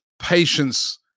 Patience